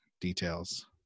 details